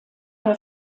der